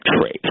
trade